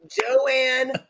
Joanne